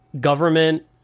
government